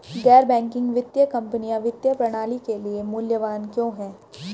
गैर बैंकिंग वित्तीय कंपनियाँ वित्तीय प्रणाली के लिए मूल्यवान क्यों हैं?